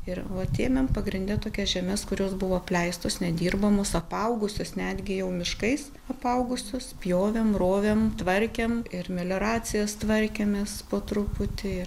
ir vat ėmėm pagrinde tokias žemes kurios buvo apleistos nedirbamos apaugusios netgi jau miškais apaugusius pjovėm rovėm tvarkėm ir melioracijas tvarkėmės po truputį